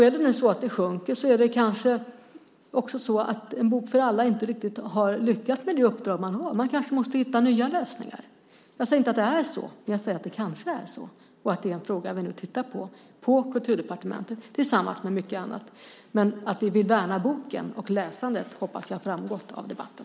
Är det nu så att läsandet sjunker är det kanske också så att En bok för alla inte riktigt har lyckats med sitt uppdrag. Man kanske måste hitta nya lösningar. Jag säger inte att det är så, men jag säger att det kanske är så. Det är något vi tittar på på Kulturdepartementet nu, tillsammans med mycket annat. Men att vi vill värna boken och läsandet hoppas jag har framgått av debatten.